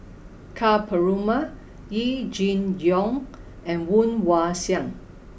Ka Perumal Yee Jenn Jong and Woon Wah Siang